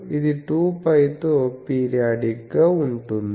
ఇది 2π తో పిరియాడిక్ గా ఉంటుంది